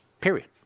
Period